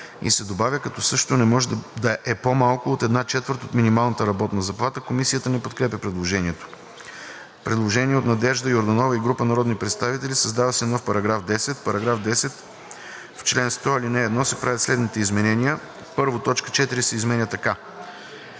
и се добавя „като същото не може да е по-малко от една четвърт от минималната работна заплата“.“ Комисията не подкрепя предложението. Предложение от Надежда Йорданова и група народни представители: Създава се нов § 10: „§ 10. В чл. 100, ал. 1 се правят следните изменения: Точка 4 се изменя така: